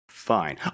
Fine